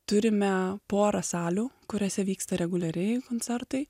turime porą salių kuriose vyksta reguliariai koncertai